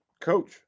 coach